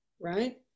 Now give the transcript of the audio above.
right